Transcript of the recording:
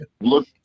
look